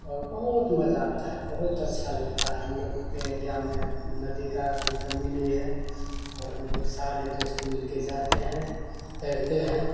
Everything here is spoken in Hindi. और बहुत मजा आता है बहोत अच्छा लगता है हम लोक के एरिया में नदी का भी कमी नई है और हम लोग सारे दोस्त मिल के जाते है तैरते हैं